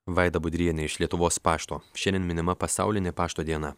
vaida budrienė iš lietuvos pašto šiandien minima pasaulinė pašto diena